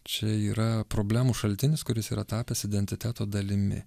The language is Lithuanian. čia yra problemų šaltinis kuris yra tapęs identiteto dalimi